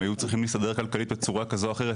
הם היו צריכים להסתדר כלכלית בצורה כזו או אחרת,